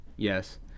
Yes